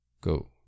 go